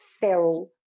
feral